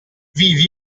vivi